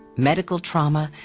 medical trauma,